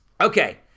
okay